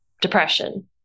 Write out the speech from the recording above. depression